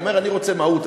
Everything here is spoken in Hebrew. אומר: אני רוצה מהות,